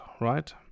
right